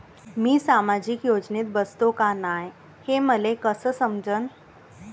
मी सामाजिक योजनेत बसतो का नाय, हे मले कस समजन?